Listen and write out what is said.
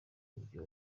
byo